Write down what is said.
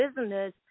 business